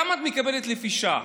כמה את מקבלת לפי שעה?